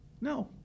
No